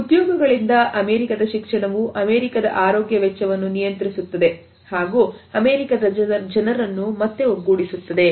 ಉದ್ಯೋಗಗಳಿಂದಅಮೇರಿಕದಶಿಕ್ಷಣವು ಅಮೇರಿಕದ ಆರೋಗ್ಯ ವೆಚ್ಚವನ್ನು ನಿಯಂತ್ರಿಸುತ್ತದೆ ಹಾಗೂಅಮೇರಿಕದಜನರನ್ನು ಮತ್ತೆ ಒಗ್ಗೂಡಿಸುತ್ತದೆ